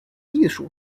艺术